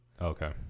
Okay